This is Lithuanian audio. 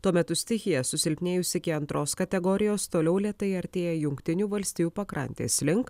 tuo metu stichija susilpnėjusi iki antros kategorijos toliau lėtai artėja jungtinių valstijų pakrantės link